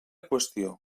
qüestió